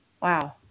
Wow